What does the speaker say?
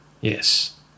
Yes